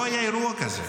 לא היה אירוע כזה.